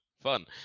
fun